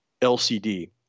LCD